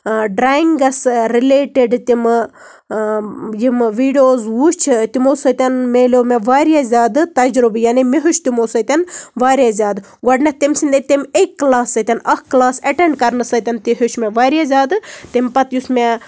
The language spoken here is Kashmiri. ڈرایِنٛگَس رِلیٹِڈ تِمہٕ یِمہٕ ویٖڈیوز وٕچھ تمو سۭتۍ میٚلیٚو مےٚ واریاہ زیادٕ تَجرُبہٕ یعنی مےٚ ہیٚوچھُ تِمو سۭتۍ واریاہ زیادٕ گۄڈٕنیٚتھ تمہ سٕندے تمہِ اَکہِ کٕلاس سۭتۍ اکھ کلاس ایٚٹیٚنڈ کَرنہٕ سۭتۍ تہِ ہیٚوچھ مےٚ واریاہ زیادٕ تمہِ پَتہٕ یُس مےٚ